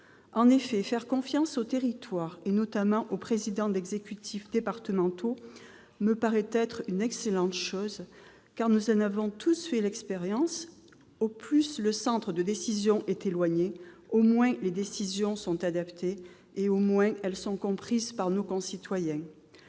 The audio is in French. En effet, faire confiance aux territoires, notamment aux présidents d'exécutifs départementaux, me paraît être une excellente chose, car nous en avons tous fait l'expérience : plus le centre de décision est éloigné, moins les décisions sont adaptées et comprises par nos concitoyens.